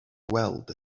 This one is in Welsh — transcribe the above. weld